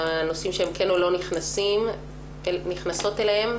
הנושאים שהן כן או לא נכנסות אליהם.